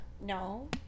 No